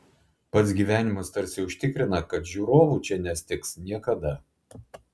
pats gyvenimas tarsi užtikrina kad žiūrovų čia nestigs niekada